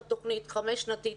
לעשות אתן תוכנית חמש שנתית,